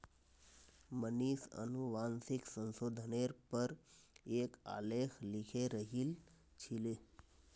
मनीष अनुवांशिक संशोधनेर पर एक आलेख लिखे रहिल छील